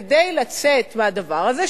כדי לצאת מהדבר הזה,